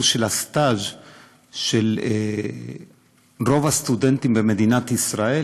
של הסטאז' של רוב הסטודנטים במדינת ישראל,